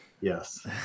yes